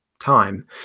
time